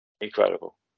Incredible